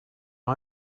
all